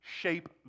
shape